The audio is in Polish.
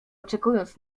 oczekując